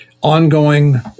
ongoing